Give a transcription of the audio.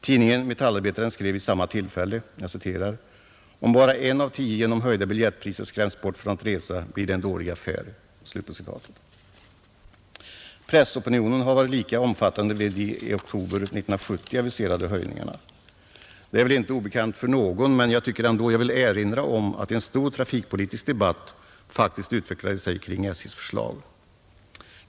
Tidningen Metallarbetaren skrev vid samma tillfälle att om bara en av tio genom höjda biljettpriser skräms bort från att resa blir det en dålig affär. Pressopinionen har varit lika omfattande vid de i oktober 1970 aviserade höjningarna, Det är väl inte obekant för någon, men jag tycker ändå att jag vill erinra om det, att en stor trafikpolitisk debatt faktiskt utvecklade sig kring SJ:s förslag.